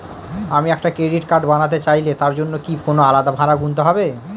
আমি একটি credit card বানাতে চাইলে তার জন্য কি কোনো আলাদা ভাড়া গুনতে হবে?